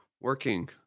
working